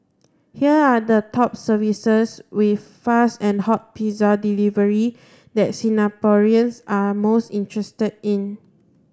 here are the top services with fast and hot pizza delivery that Singaporeans are most interested in